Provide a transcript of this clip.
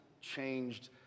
changed